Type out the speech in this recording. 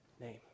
name